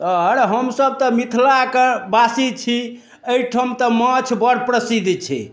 sir हमसब तऽ मिथलाके बासी छी एहिठाम तऽ माछ बड़ प्रसिद्ध छै